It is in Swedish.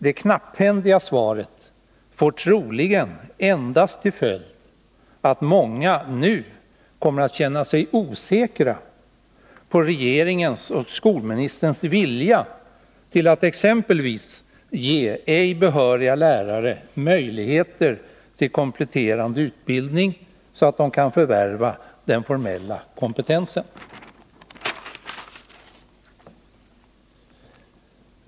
Det knapphändiga svaret får troligen endast till följd att många nu kommer att känna sig osäkra på regeringens och skolministerns vilja att exempelvis ge ej behöriga lärare möjligheter till kompletterande utbildning så att de kan förvärva den formella kompetensen.